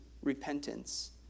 Repentance